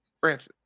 branches